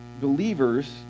believers